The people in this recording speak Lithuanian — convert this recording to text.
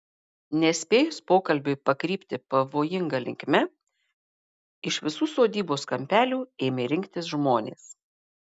nespėjus pokalbiui pakrypti pavojinga linkme iš visų sodybos kampelių ėmė rinktis žmonės